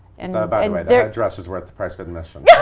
and by the way, that dress is worth the price of admission, yeah